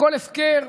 הכול הפקר.